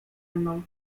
mną